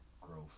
Growth